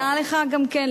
ותודה לך גם כן,